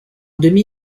demi